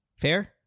Fair